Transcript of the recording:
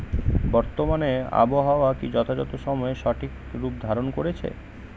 বর্তমানে আবহাওয়া কি যথাযথ সময়ে সঠিক রূপ ধারণ করছে?